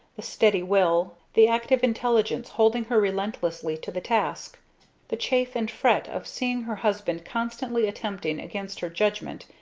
the steady will, the active intelligence holding her relentlessly to the task the chafe and fret of seeing her husband constantly attempting against her judgment,